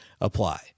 apply